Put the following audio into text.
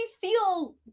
feel